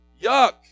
Yuck